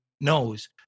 knows